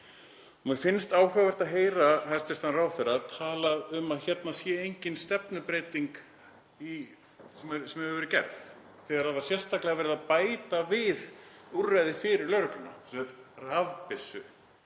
Mér finnst áhugavert að heyra hæstv. ráðherra tala um að hérna sé engin stefnubreyting sem hefur verið gerð þegar það var sérstaklega verið að bæta við úrræði fyrir lögregluna, sem sagt rafbyssu